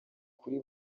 kuri